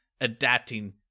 adapting